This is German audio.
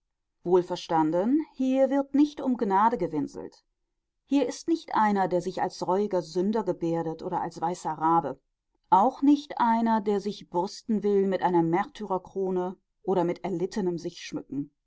wohlverstanden hier wird nicht um gnade gewinselt hier ist nicht einer der sich als reuiger sünder gebärdet oder als weißer rabe auch nicht einer der sich brüsten will mit einer märtyrerkrone oder mit erlittenem sich schmücken